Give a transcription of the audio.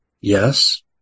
Yes